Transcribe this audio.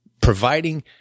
providing